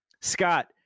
scott